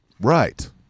Right